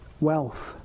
wealth